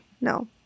No